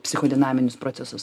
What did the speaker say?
psichodinaminius procesus